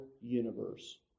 universe